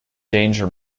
danger